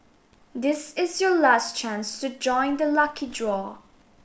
this is your last chance to join the lucky draw